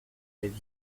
l’avis